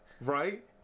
Right